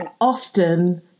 often